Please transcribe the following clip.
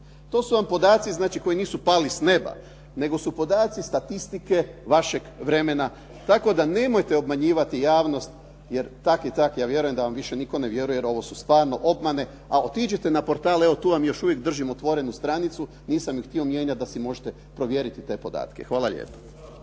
To su vam podaci, znači koji nisu pali sa neba, nego su podaci statistike vašeg vremena tako da nemojte obmanjivati javnost jer tako i tako ja vjerujem da vam više nitko ne vjeruje, jer ovo su stvarno obmane. A otiđite na portal, evo tu vam još uvijek držim otvorenu stranicu, nisam ju htio mijenjati da si možete provjeriti te podatke. Hvala lijepo.